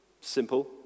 Simple